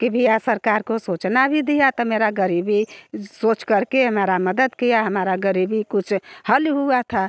कि भइया सरकार को सूचना भी दिया तो मेरा गरीबी सोच करके मेरा मदद किया हमारा गरीबी कुछ हल हुआ था